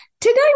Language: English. Today